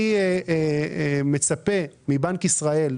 אני מצפה מבנק ישראל,